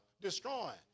destroying